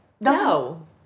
No